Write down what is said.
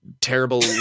terrible